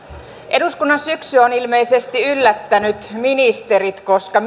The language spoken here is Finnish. eduskunnan syksy on ilmeisesti yllättänyt ministerit koska